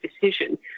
decision